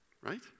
Right